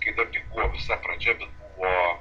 kai dar tik buvo visa pradžia bet buvo